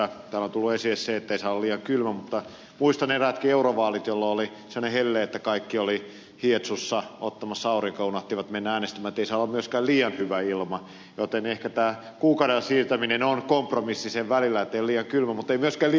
täällä on tullut esille se että ei saa olla liian kylmä mutta muistan eräätkin eurovaalit jolloin oli sellainen helle että kaikki olivat hietsussa ottamassa aurinkoa ja unohtivat mennä äänestämään että ei saa olla myöskään liian hyvä ilma joten ehkä tämä kuukaudella siirtäminen on kompromissi niiden välillä että ei ole liian kylmä mutta ei myöskään liian hyvä ilma